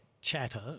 chatter